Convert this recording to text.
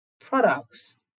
products